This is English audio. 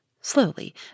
slowly